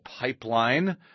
pipeline